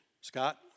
scott